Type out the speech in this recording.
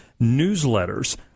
newsletters